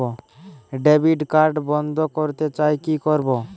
Debit card বন্ধ করতে চাই কি করব?